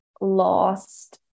lost